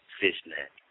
fishnet